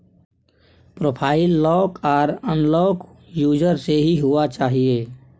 profile lock आर unlock user से ही हुआ चाहिए